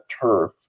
turf